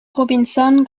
robinson